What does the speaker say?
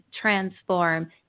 transform